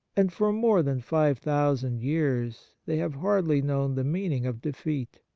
and for more than five thousand years they have hardly known the meaning of defeat.